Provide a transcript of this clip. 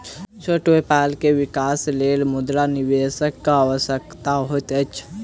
छोट व्यापार के विकासक लेल मुद्रा निवेशकक आवश्यकता होइत अछि